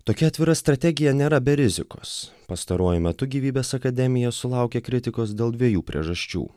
tokia atvira strategija nėra be rizikos pastaruoju metu gyvybės akademija sulaukė kritikos dėl dviejų priežasčių